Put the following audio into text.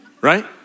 Right